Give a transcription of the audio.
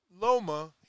Loma